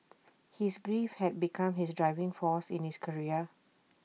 his grief had become his driving force in his career